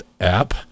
app